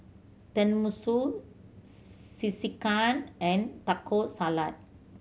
Tenmusu Sekihan and Taco Salad